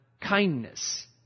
kindness